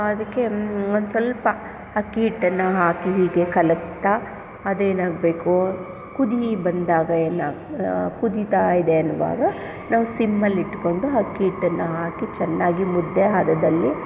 ಅದಕ್ಕೆ ಒಂದು ಸ್ವಲ್ಪ ಅಕ್ಕಿ ಹಿಟ್ಟನ್ನು ಹಾಕಿ ಹೀಗೆ ಕಲಕ್ತಾ ಅದೇನಾಗಬೇಕು ಕುದೀ ಬಂದಾಗ ಏನು ಕುದೀತಾ ಇದೆ ಎನ್ನುವಾಗ ನಾವು ಸಿಮ್ಮಲ್ಲಿಟ್ಟುಕೊಂಡು ಅಕ್ಕಿ ಹಿಟ್ಟನ್ನು ಹಾಕಿ ಚೆನ್ನಾಗಿ ಮುದ್ದೆ ಹದದಲ್ಲಿ